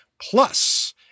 Plus